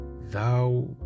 Thou